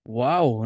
wow